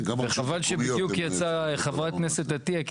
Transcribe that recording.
חבל שבדיוק יצאה חברת הכנסת עטייה כי